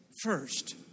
first